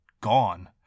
gone